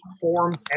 formed